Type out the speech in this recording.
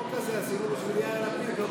--- עשינו בשביל יאיר לפיד.